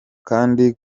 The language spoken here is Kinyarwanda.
kandi